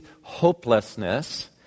hopelessness